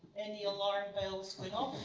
any alarm bells going off?